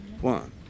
One